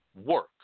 work